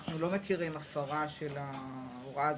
אנחנו לא מכירים הפרה של ההוראה הזאת.